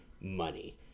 money